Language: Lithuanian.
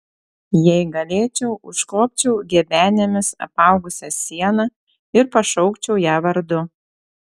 jei galėčiau užkopčiau gebenėmis apaugusia siena ir pašaukčiau ją vardu